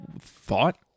thought